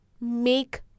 make